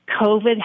COVID